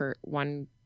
one